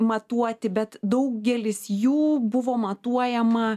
matuoti bet daugelis jų buvo matuojama